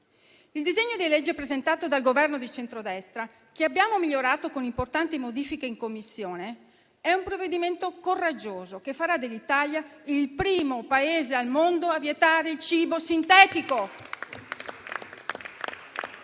Il disegno di legge presentato dal Governo di centrodestra, che abbiamo migliorato con importanti modifiche in Commissione, è un provvedimento coraggioso che farà dell'Italia il primo Paese al mondo a vietare il cibo sintetico